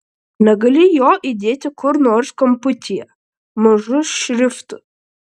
negali jo įdėti kur nors kamputyje mažu šriftu